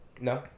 No